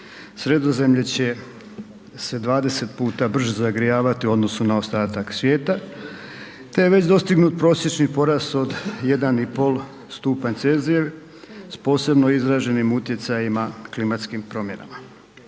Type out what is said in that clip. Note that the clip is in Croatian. Sredozemlje će se 20 puta brže zagrijavati u odnosu na ostatak svijeta te je već dostignut prosječni porast od 1,5 stupanj C s posebno izraženim utjecajima klimatskim promjenama.